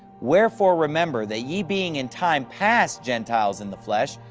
wherefore remember, that ye being in time past gentiles in the flesh,